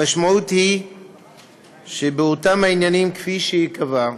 המשמעות היא שבאותם עניינים כפי שייקבע,